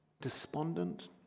despondent